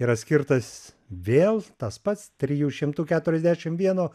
yra skirtas vėl tas pats trijų šimtų keturiasdešimt vieno